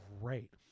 great